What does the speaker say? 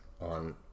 on